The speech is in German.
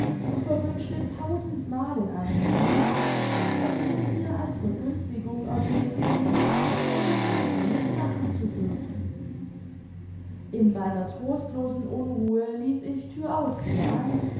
und verwünschte tausendmal in einer minute daß ich es mir als vergünstigung erbeten die kleine reise mit machen zu dürfen in meiner trostlosen unruhe lief ich thüraus thürein und